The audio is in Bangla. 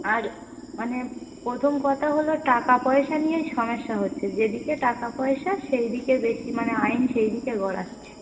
আর মানে প্রথম কথা হলো টাকা পয়সা নিয়েই সমস্যা হচ্ছে যেদিকে টাকা পয়সা সেই দিকে বেশি মানে আইন সেইদিকে গড়াচ্ছে